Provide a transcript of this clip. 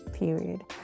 period